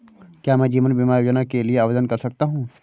क्या मैं जीवन बीमा योजना के लिए आवेदन कर सकता हूँ?